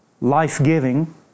life-giving